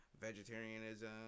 vegetarianism